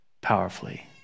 powerfully